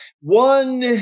One